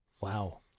Wow